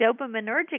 dopaminergic